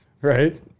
Right